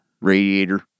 radiator